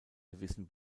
gewissen